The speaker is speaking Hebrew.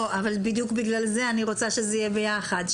לא, אבל בדיוק בגלל זה אני רוצה שזה יהיה ביחד.